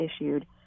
issued